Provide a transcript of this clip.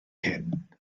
hyn